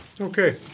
Okay